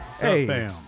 hey